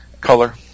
color